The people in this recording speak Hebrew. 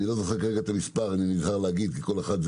בנפש כמובן.